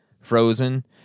frozen